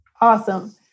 Awesome